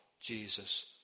Jesus